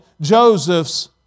Joseph's